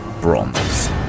Bronze